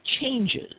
changes